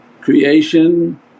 creation